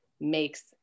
makes